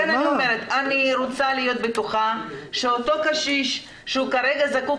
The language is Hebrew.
אני רוצה להיות בטוחה שאותו קשיש שהוא כרגע זקוק